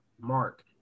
mark